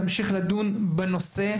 תמשיך לדון בנושא,